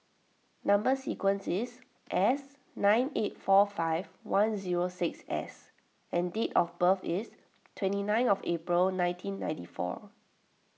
Number Sequence is S nine eight four five one zero six S and date of birth is twenty nine of April nineteen ninety four